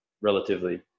relatively